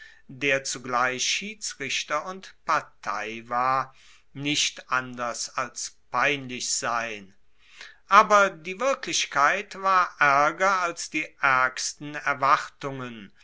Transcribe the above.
der zugleich schiedsrichter und partei war nicht anders als peinlich sein aber die wirklichkeit war aerger als die aergsten erwartungen